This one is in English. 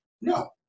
No